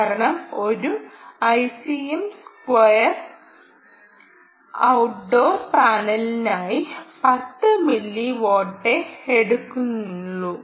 കാരണം ഒരു Icm square ഒട്ട് ടോർ പാനലിനായി 10 മില്ലി വാട്ടേ എടുത്തിരുന്നുള്ളു